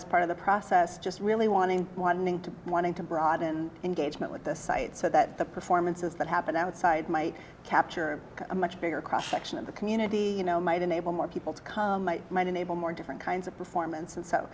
as part of the process just really wanting wanting to wanting to broaden engagement with the site so that the performances that happen outside my capture a much bigger question of the community you know might enable more people to come i might enable more different kinds of performance and so